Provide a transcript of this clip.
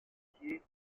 fonciers